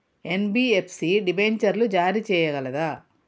NBFC డిబెంచర్లు జారీ చేయగలదా?